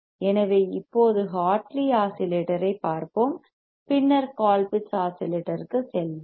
எனவே இப்போது ஹார்ட்லி ஆஸிலேட்டரைப் பார்ப்போம் பின்னர் கோல்பிட்ஸ் ஆஸிலேட்டருக்குச் செல்வோம்